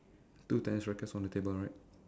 two tennis rackets on the table right